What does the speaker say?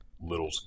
little